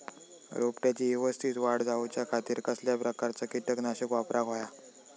रोपट्याची यवस्तित वाढ जाऊच्या खातीर कसल्या प्रकारचा किटकनाशक वापराक होया?